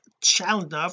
challenge